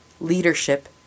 leadership